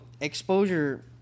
exposure